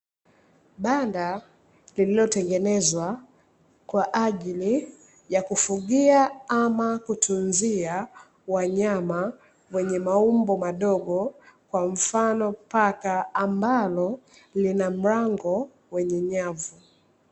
Banda lililotengenezwa kwa ajili ya kufugia ama kutunzia wanyama wenye maumbo madogo kwa mfano paka ambalo lina mlango wenye nyavu.